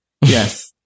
Yes